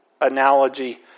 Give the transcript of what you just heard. analogy